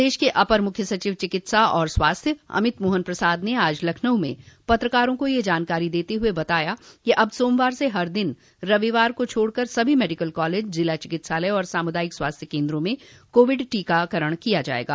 प्रदेश के अपर मुख्य सचिव चिकित्सा एवं स्वास्थ्य अमित मोहन प्रसाद ने आज लखनऊ में पत्रकारों को यह जानकारी देते हुए बताया कि अब सोमवार से हर दिन रविवार को छोड़कर सभी मेडिकल कॉलेज जिला चिकित्सालय और सामुदायिक स्वास्थ्य केन्द्रों में कोविड का टीका लगाया जायेगा